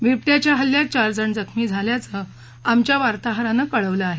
बिबट्याच्या हल्ल्यात चार जण जखमी झाल्याचं आमच्या वार्ताहरानं कळवलं आहे